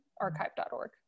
archive.org